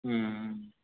మ్మ్